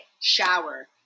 shower